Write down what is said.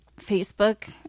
Facebook